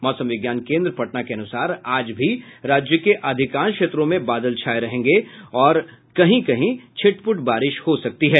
मौसम विज्ञान केन्द्र पटना के अनुसार आज भी राज्य के अधिकांश क्षेत्रों में बादल छाये रहेंगे और कहीं कहीं छिटपुट बारिश हो सकती है